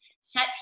set